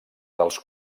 dels